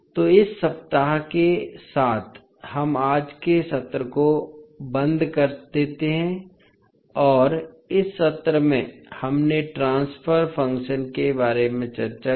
तोइस सप्ताह के साथ हम आज के सत्र को बंद कर देते हैं और इस सत्र में हमने ट्रांसफर फ़ंक्शन के बारे में चर्चा की